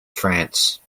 france